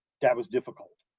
that was difficult.